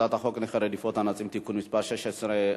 הצעת חוק נכי רדיפת הנאצים (תיקון מס' 16),